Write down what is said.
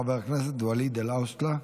חבר הכנסת ואליד אלהואשלה?